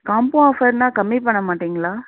combo ஆஃபர்னால் கம்மி பண்ண மாட்டீங்களா